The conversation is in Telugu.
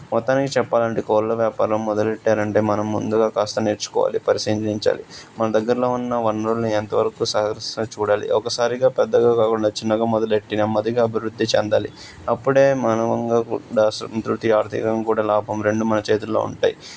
మొత్తానికి చెప్పాలంటే కోళ్ళ వ్యాపారం మొదలు పెట్టాలంటే మనం ముందుగా కాస్త నేర్చుకోవాలి పరిశీలించాలి మన దగ్గరలో ఉన్న వనరులని ఎంతవరకు సహకరిస్తాయో చూడాలి ఒకసారిగా పెద్దగా కాకుండా చిన్నగా మొదలు పెట్టి నెమ్మదిగా అభివృద్ధి చెందాలి అప్పుడే మనంగా కూడా సంతృప్తి ఆర్థికంగా కూడా లాభం రెండు మన చేతుల్లో ఉంటాయి